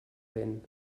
vent